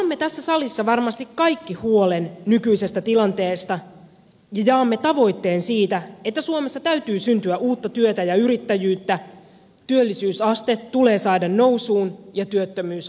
jaamme tässä salissa varmasti kaikki huolen nykyisestä tilanteesta ja jaamme tavoitteen siitä että suomessa täytyy syntyä uutta työtä ja yrittäjyyttä työllisyysaste tulee saada nousuun ja työttömyys alenemaan